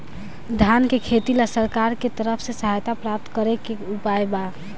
धान के खेती ला सरकार के तरफ से सहायता प्राप्त करें के का उपाय बा?